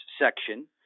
section